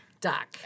Doc